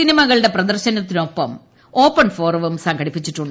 സിനിമകളൂടെ പ്രപ്രദർശനത്തിനൊപ്പം ഓപ്പൺ ഫോറവും സംഘടിപ്പിച്ചിട്ടുണ്ട്